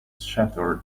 shattered